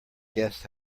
guest